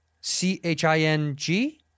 C-H-I-N-G